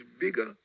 bigger